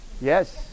Yes